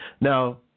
Now